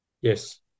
Yes